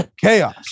chaos